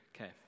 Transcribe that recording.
Okay